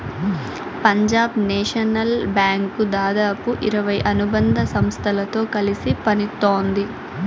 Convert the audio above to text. Punjab national bank దాదాపు ఇరవై అనుబంధ సంస్థలతో కలిసి పనిత్తోంది